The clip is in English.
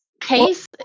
case